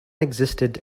existed